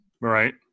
Right